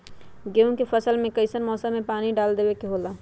गेहूं के फसल में कइसन मौसम में पानी डालें देबे के होला?